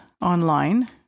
online